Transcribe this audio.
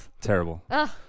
terrible